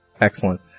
Excellent